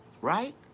right